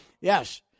Yes